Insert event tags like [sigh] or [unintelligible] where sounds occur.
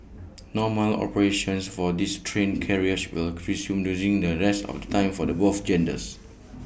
normal operations for these train carriages will [unintelligible] resume during the rest of the times for the both genders